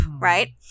right